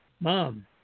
Mom